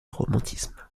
romantisme